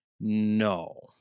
No